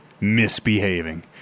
misbehaving